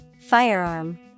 Firearm